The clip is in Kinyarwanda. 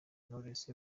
knowless